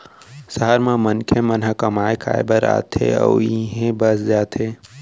सहर म मनखे मन ह कमाए खाए बर आथे अउ इहें बस जाथे